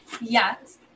Yes